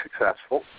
successful